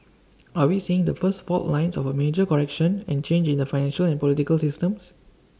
are we seeing the first fault lines of A major correction and change in the financial and political systems